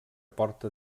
porta